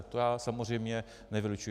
To samozřejmě nevylučuji.